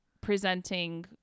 presenting